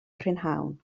prynhawn